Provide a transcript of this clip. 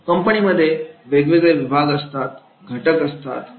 कंपनीमध्ये वेगवेगळे विभाग असतात घटक असतात